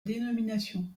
dénomination